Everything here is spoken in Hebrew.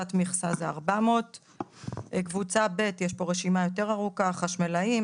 תת מכסה זה 400. בקבוצה ב' יש רשימה יותר ארוכה: חשמלאים,